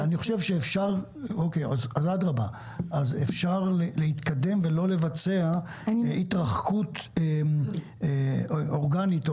אדרבא; אפשר להתקדם ולא לבצע התרחקות אורגנית,